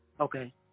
Okay